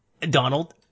Donald